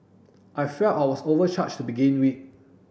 I felt I was overcharged to begin with